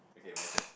okay my turn